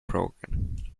broken